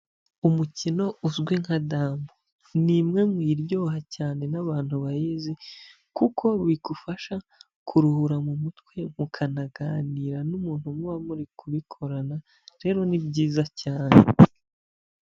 Umukino uzwi nka damu, ni imwe mu iryoha cyane n'abantu bayizi kuko bigufasha kuruhura mu mutwe mukanaganira n'umuntu muba muri kubikorana, rero ni byiza cyane.